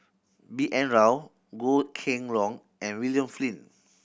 B N Rao Goh Kheng Long and William Flint